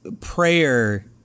prayer